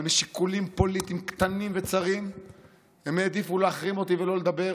אבל משיקולים פוליטיים קטנים וצרים הם העדיפו להחרים אותי ולא לדבר.